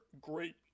Great